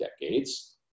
decades